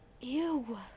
Ew